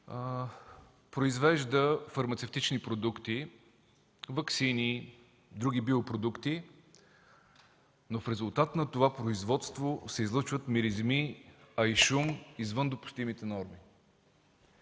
произвежда фармацевтични продукти, ваксини и други биопродукти, но в резултат на това производство се излъчват миризми и шум извън допустимите норми.